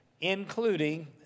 including